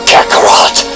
Kakarot